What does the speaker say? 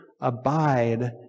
abide